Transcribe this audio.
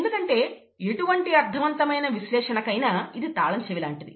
ఎందుకంటే ఎటువంటి అర్థవంతమైన విశ్లేషణకైనా ఇది తాళంచెవి లాంటిది